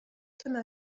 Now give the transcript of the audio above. كما